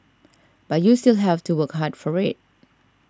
but you still have to work hard for it